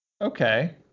Okay